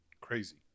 Crazy